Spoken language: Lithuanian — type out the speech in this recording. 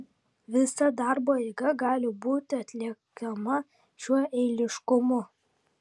visa darbo eiga gali būti atliekama šiuo eiliškumu